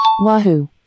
Wahoo